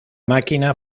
máquina